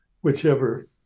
whichever